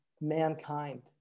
mankind